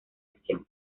acción